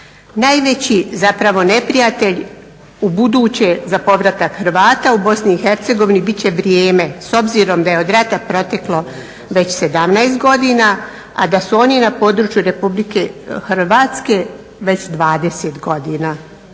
Najveći zapravo neprijatelj ubuduće za povratak Hrvata u BiH bit će vrijeme s obzirom da je od rata proteklo već 17 godina, a da su oni na području Republike Hrvatske već 20 godina.